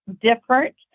different